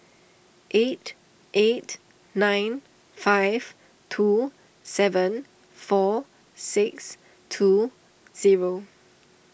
eight eight nine five two seven four six two zero